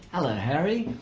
hello harri.